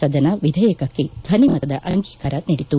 ಸದನ ವಿಧೇಯಕಕ್ಕೆ ಧ್ವನಿ ಮತದ ಅಂಗೀಕಾರ ನೀಡಿತು